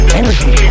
energy